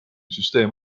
süsteem